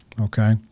okay